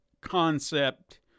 concept